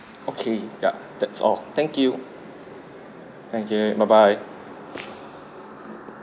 okay yup that's all thank you thank you bye bye